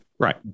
Right